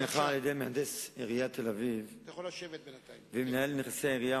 1 2. מבדיקה שנערכה על-ידי מהנדס תל-אביב ועם מנהל נכסי העירייה,